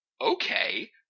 Okay